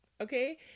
okay